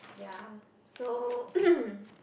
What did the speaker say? ya so